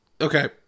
Okay